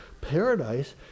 Paradise